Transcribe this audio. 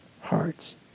hearts